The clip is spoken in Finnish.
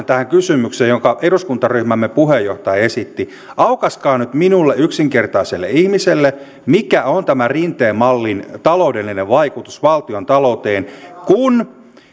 tähän kysymykseen jonka eduskuntaryhmämme puheenjohtaja esitti aukaiskaa nyt minulle yksinkertaiselle ihmiselle mikä on rinteen mallin taloudellinen vaikutus valtiontalouteen kun